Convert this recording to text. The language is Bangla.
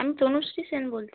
আমি তনুশ্রী সেন বলছি